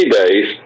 days